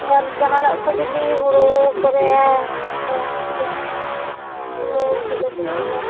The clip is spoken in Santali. ᱟᱨ ᱡᱟᱦᱟᱱᱟᱜ ᱠᱚ ᱡᱩᱫᱤ ᱦᱩᱲᱩ ᱠᱚᱨᱮ ᱤᱭᱟᱹ ᱢᱟᱱᱮ ᱪᱮᱫ ᱞᱮᱠᱟᱹᱧ ᱢᱮᱱᱟ